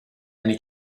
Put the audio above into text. anni